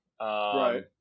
Right